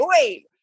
wait